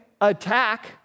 attack